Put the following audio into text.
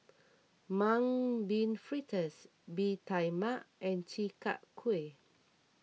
Mung Bean Fritters Bee Tai Mak and Chi Kak Kuih